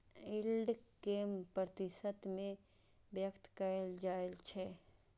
yield कें प्रतिशत मे व्यक्त कैल जाइ छै